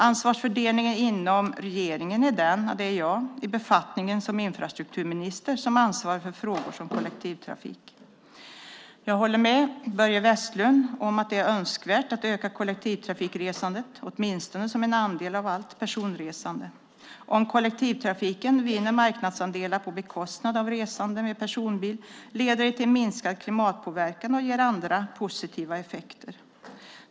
Ansvarsfördelningen inom regeringen är den att det är jag, i befattningen som infrastrukturminister, som ansvarar för frågor om kollektivtrafik. Jag håller med Börje Vestlund om att det är önskvärt att öka kollektivtrafikresandet, åtminstone som andel av allt personresande. Om kollektivtrafiken vinner marknadsandelar på bekostnad av resande med personbil leder det till minskad klimatpåverkan och ger andra positiva effekter.